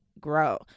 grow